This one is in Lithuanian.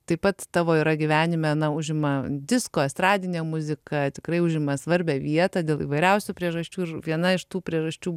taip pat tavo yra gyvenime na užima disko estradinė muzika tikrai užima svarbią vietą dėl įvairiausių priežasčių ir viena iš tų priežasčių